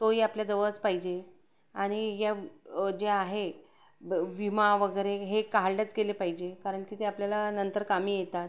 तोही आपल्याजवळच पाहिजे आणि या जे आहे ब विमा वगैरे हे काढलंच गेले पाहिजे कारण की ते आपल्याला नंतर कामी येतात